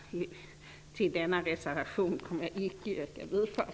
Till denna reservation kommer jag inte att yrka bifall.